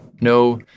no